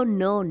no